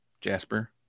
Jasper